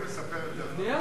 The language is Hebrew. את מוותרת?